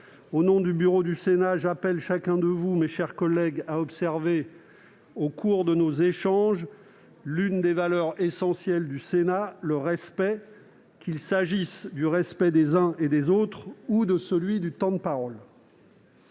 Au nom du bureau du Sénat, j'appelle chacun de vous, mes chers collègues, à observer au cours de nos échanges l'une des valeurs essentielles du Sénat : le respect, tant celui des orateurs que celui du temps de parole.